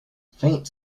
faint